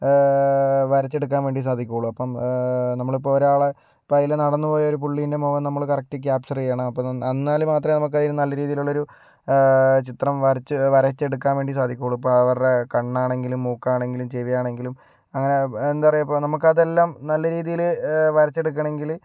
വരച്ചെടുക്കാൻ വേണ്ടി സാധിക്കുള്ളൂ അപ്പം നമ്മളിപ്പോൾ ഒരാളെ ഇപ്പോൾ അതിലെ നടന്നുപോയ ഒരു പുള്ളീന്റെ മുഖം നമ്മൾ കറക്ട് ക്യാപ്ചർ ചെയ്യണം അപ്പോൾ എന്നാൽ മാത്രമേ നമുക്കതിനു നല്ല രീതിയിലുള്ളൊരു ചിത്രം വരച്ച് വരച്ചെടുക്കാൻ വേണ്ടി സാധിക്കുള്ളൂ അപ്പോൾ അവരുടെ കണ്ണാണെങ്കിലും മൂക്കാണെങ്കിലും ചെവി ആണെങ്കിലും അങ്ങനെ എന്താ പറയുക ഇപ്പം നമുക്കതെല്ലാം നല്ല രീതിയിൽ വരച്ചെടുക്കണമെങ്കിൽ